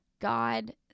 God